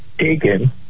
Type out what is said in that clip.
taken